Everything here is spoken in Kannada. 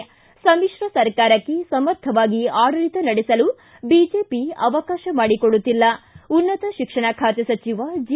ಿ ಸಮಿತ್ರ ಸರ್ಕಾರಕ್ಷೆ ಸಮರ್ಥವಾಗಿ ಆಡಳಿತ ನಡೆಸಲು ಬಿಜೆಪಿ ಅವಕಾಶ ಮಾಡಿ ಕೊಡುತ್ತಿಲ್ಲ ಉನ್ನತ ಶಿಕ್ಷಣ ಖಾತೆ ಸಚಿವ ಜಿ